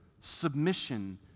submission